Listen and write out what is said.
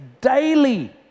daily